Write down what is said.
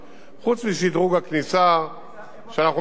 שאנחנו מטפלים בה מכיוון צומת להבים,